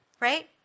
right